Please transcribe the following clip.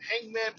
Hangman